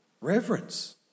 reverence